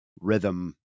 rhythm